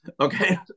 Okay